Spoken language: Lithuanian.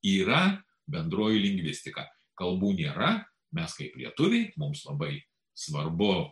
yra bendroji lingvistika kalbų nėra mes kaip lietuviai mums labai svarbu